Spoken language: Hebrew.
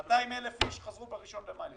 200,000 איש חזרו מהראשון במאי.